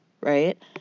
right